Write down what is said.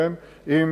עם